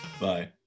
Bye